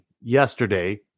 yesterday